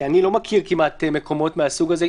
אני כמעט לא מכיר מקומות מהסוג הזה.